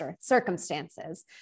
circumstances